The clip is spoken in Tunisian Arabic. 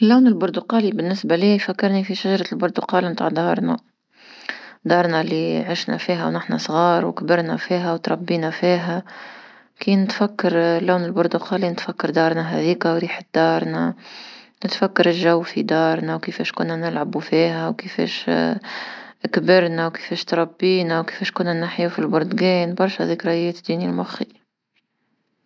اللون البرتقالي بالنسبة ليا يفكرني في شجرة البرتقالة متاع دارنا، دارنا لي عشنا فيها ونحن صغار وكبرنا فيها وتربينا فيها كي نتفكر اللون البرتقالي نتفكر دارنا هذيكا وريحة دارنا، نتفكر الجو في دارنا وكيفاش كنا نلعب فيها وكيفاش كبرنا وكيفاش تربينا وكيفاش كنا نحييو في البرتغان برشا ذكريات تجيني لمخي.